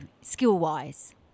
skill-wise